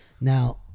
Now